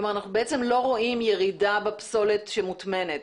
כלומר, אנחנו לא רואים ירידה בפסולת המוטמנת.